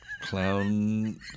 clown